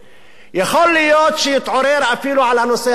יכול להיות שיתעורר אפילו על הנושא הזה ויכוח,